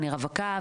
אני רווקה,